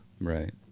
Right